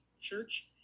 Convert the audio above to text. Church